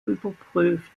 überprüft